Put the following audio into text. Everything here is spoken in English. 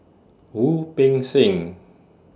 Wu Peng Seng